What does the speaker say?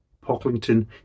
Pocklington